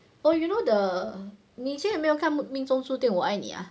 oh you know the 你以前有没有看命命中注定我爱你 ah